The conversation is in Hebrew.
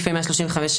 סעיפים 135,